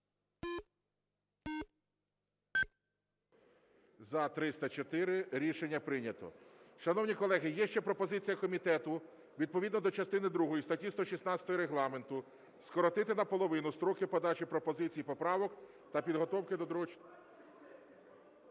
За-304 Рішення прийнято. Шановні колеги, є ще пропозиція комітету відповідно до частини другої статті 116 Регламенту скоротити наполовину строки подачі пропозицій і поправок та підготовки до другого…